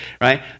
right